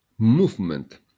movement